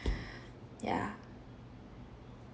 ya